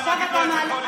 מה, נגיד לו את זה כל יום.